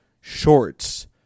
shorts